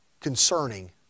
concerning